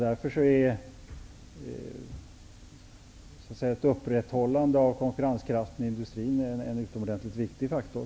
Därför är upprätthållandet av konkurrenskraften inom industrin en utomordentligt viktig faktor.